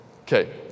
Okay